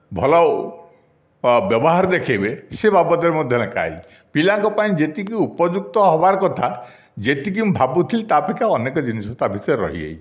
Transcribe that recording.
ଭଲ ବ୍ୟବହାର ଦେଖାଇବେ ସେ ବାବଦରେ ମଧ୍ୟ ଲେଖା ହୋଇଛି ପିଲାଙ୍କ ପାଇଁ ଯେତିକି ଉପଯୁକ୍ତ ହେବାର କଥା ଯେତିକି ମୁଁ ଭାବୁଥିଲି ତା'ଅପେକ୍ଷା ଅନେକ ଜିନିଷ ତା'ବିଷୟରେ ରହିଯାଇଛି